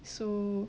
so